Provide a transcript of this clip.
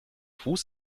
fuß